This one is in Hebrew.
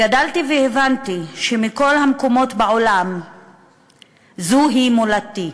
גדלתי והבנתי שמכל המקומות בעולם זוהי מולדתי,